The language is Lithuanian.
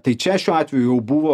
tai čia šiuo atveju jau buvo